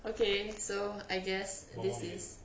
okay so I guess this is